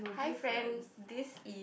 hi friend this is